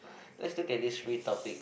let's look at these three topic